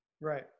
Right